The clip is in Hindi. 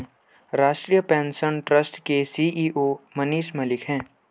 राष्ट्रीय पेंशन ट्रस्ट के सी.ई.ओ मनीष मलिक है